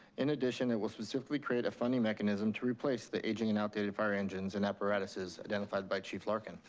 in addition, it will specifically create a funding mechanism to replace the aging and outdated fire engines and apparatuses identified by chief larkin.